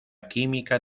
química